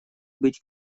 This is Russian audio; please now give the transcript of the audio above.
быть